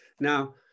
Now